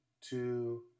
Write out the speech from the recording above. two